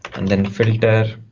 and then filter,